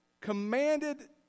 commanded